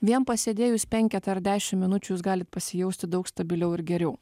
vien pasėdėjus penketą ar dešim minučių jūs galit pasijausti daug stabiliau ir geriau